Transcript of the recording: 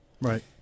Right